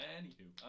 anywho